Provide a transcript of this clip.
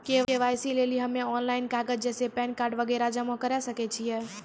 KYC लेली हम्मय online कागज जैसे पैन कार्ड वगैरह जमा करें सके छियै?